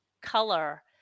color